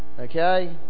Okay